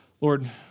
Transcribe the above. Lord